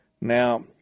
Now